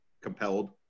compelled